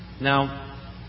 Now